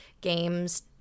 games